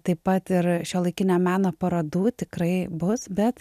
taip pat ir šiuolaikinio meno parodų tikrai bus bet